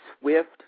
swift